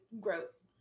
gross